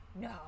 no